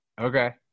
okay